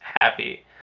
happy